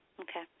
Okay